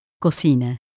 Cocina